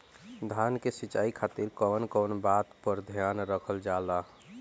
धान के सिंचाई खातिर कवन कवन बात पर ध्यान रखल जा ला?